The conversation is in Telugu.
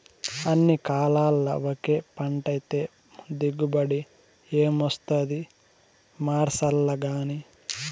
అన్ని కాలాల్ల ఒకే పంటైతే దిగుబడి ఏమొస్తాది మార్సాల్లగానీ